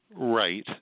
Right